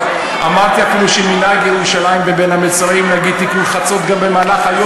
אמרתי אפילו שמנהג ירושלים בימי בין המצרים להגיד תיקון חצות גם ביום,